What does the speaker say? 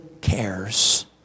cares